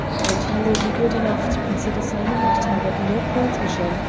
and you will be good enough to consider simon mactaggart no politician,